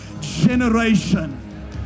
generation